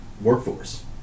workforce